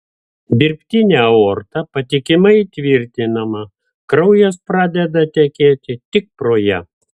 dirbtinė aorta patikimai įtvirtinama kraujas pradeda tekėti tik pro ją